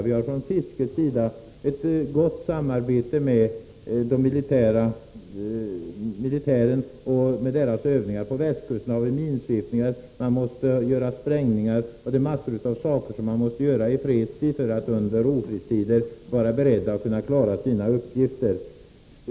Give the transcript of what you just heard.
Vi har från fiskets sida ett gott samarbete med militären när det gäller deras övningar. På västkusten har vi minsvepningar, man måste göra sprängningar osv. Det finns mycket som man måste göra i fredstid för att i ofredstider kunna klara sina uppgifter.